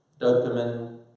dopamine